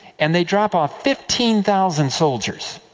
and they drop off fifteen thousand solders.